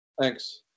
Thanks